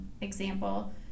example